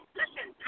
listen